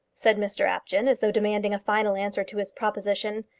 said mr apjohn, as though demanding a final answer to his proposition.